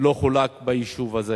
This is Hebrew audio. לא חולק ביישוב הזה.